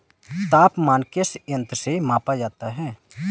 तापमान किस यंत्र से मापा जाता है?